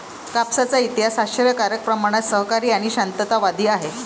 कापसाचा इतिहास आश्चर्यकारक प्रमाणात सहकारी आणि शांततावादी आहे